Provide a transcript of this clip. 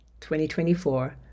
2024